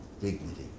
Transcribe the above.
dignity